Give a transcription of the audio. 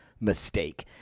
mistake